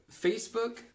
Facebook